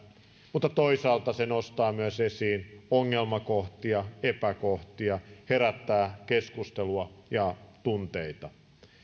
mutta toisaalta se nostaa esiin ongelmakohtia ja epäkohtia herättää keskustelua ja tunteita